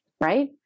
right